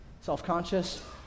self-conscious